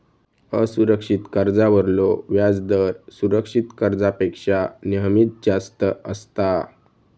असुरक्षित कर्जावरलो व्याजदर सुरक्षित कर्जापेक्षा नेहमीच जास्त असता